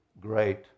great